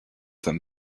than